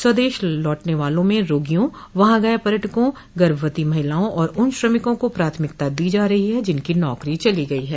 स्वदेश लौटने वालों में रोगियों वहां गये पर्यटकों गर्भवती महिलाओं और उन श्रमिकों को प्राथमिकता दी जा रही है जिनकी नौकरी चली गई है